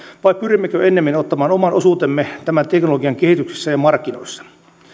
vai pyrimmekö enemmin ottamaan oman osuutemme tämän teknologian kehityksessä ja markkinoissa